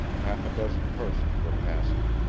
half a dozen persons were passing,